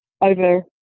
over